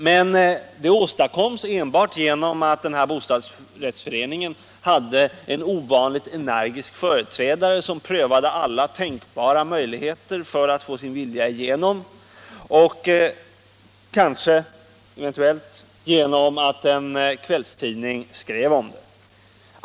Men det åstadkoms enbart genom att denna bostadsrättsförening hade en ovanligt energisk företrädare som prövade alla tänkbara möjligheter för att få sin vilja igenom och — eventuellt — genom att en kvällstidning skrev om saken.